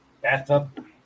Bathtub